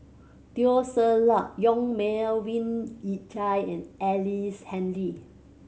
Teo Ser Luck Yong Melvin Yik Chye and Ellice Handy